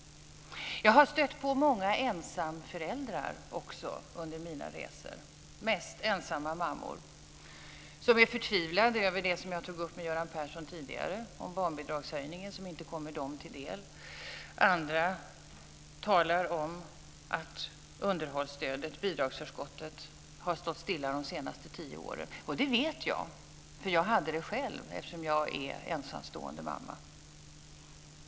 Jag har också stött på många ensamföräldrar under mina resor, mest ensamma mammor, som är förtvivlade över det som jag tog upp med Göran Persson tidigare om barnbidragshöjningen som inte kommer dem till del. Andra talar om att underhållsstödet, bidragsförskottet, har stått stilla de senaste tio åren. Det vet jag, för jag hade det själv eftersom jag är ensamstående mamma.